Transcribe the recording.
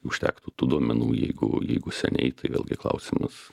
užtektų tų duomenų jeigu jeigu seniai tai vėlgi klausimas